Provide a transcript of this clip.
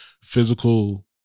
Physical